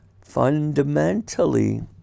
Fundamentally